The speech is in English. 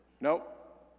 Nope